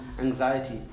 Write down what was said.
anxiety